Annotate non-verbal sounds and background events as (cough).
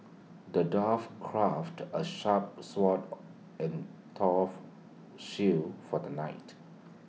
the dwarf crafted A sharp sword (noise) and tough shield for the knight